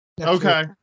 Okay